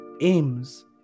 aims